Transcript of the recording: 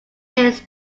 his